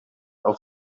auf